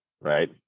right